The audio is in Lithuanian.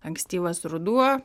ankstyvas ruduo